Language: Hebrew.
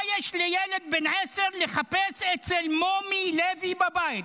מה יש לילד בן עשר לחפש אצל מומי לוי בבית?